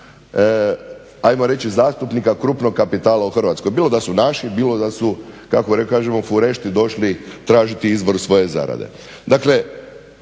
ajmo reći zastupnika krupnog kapitala u Hrvatskoj. Bilo da su naši, bilo da su, kako da kažem furešti došli tražiti izvor svoj zarade.